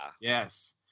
Yes